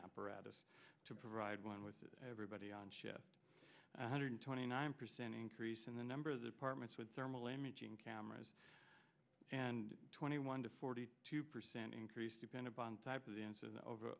apparatus to provide one with everybody on shift hundred twenty nine percent increase in the number of apartments with thermal imaging cameras and twenty one to forty two percent increase depend upon type of incident over